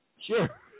Sure